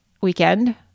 weekend